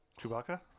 Chewbacca